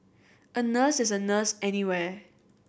a nurse is a nurse anywhere